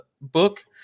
book